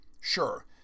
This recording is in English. Sure